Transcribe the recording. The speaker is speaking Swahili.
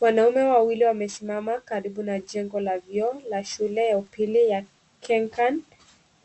Wanaume wawili wamesimama karibu na jengo la vioo la shule ya upili ya Kencan,